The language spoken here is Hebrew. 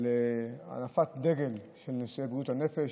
על הנפת דגל בנושא בריאות הנפש,